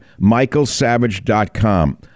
Michaelsavage.com